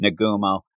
Nagumo